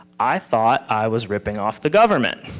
i thought i was ripping off the government.